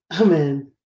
Amen